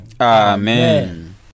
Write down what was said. Amen